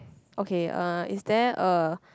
okay uh is there a